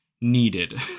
needed